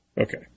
Okay